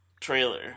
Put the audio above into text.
trailer